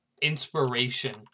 inspiration